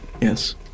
Yes